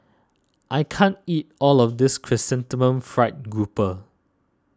I can't eat all of this Chrysanthemum Fried Grouper